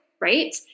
Right